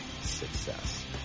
success